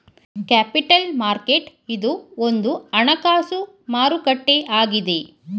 capital market ಇದು ಒಂದು ಹಣಕಾಸು ಮಾರುಕಟ್ಟೆ ಆಗಿದೆ